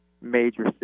major